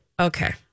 Okay